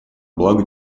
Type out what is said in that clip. благо